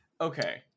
okay